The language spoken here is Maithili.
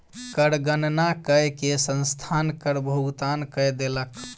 कर गणना कय के संस्थान कर भुगतान कय देलक